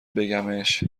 بگمش